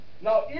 Now